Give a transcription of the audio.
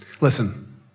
Listen